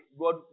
God